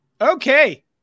okay